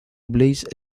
blaze